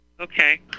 Okay